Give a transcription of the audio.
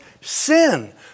Sin